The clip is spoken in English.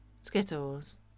skittles